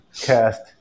Cast